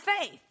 faith